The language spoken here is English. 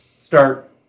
start